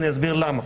אני אסביר למה.